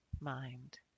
mind